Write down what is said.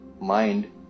mind